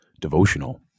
devotional